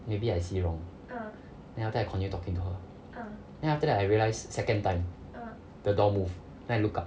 maybe I see wrong then after that I continue talking to her then after that I realized second time the door move then I looked up